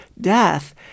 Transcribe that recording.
death